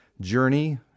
journey